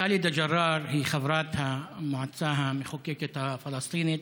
חאלדה ג'ראר היא חברת המועצה המחוקקת הפלסטינית,